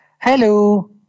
Hello